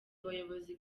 abayobozi